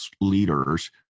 leaders